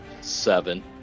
Seven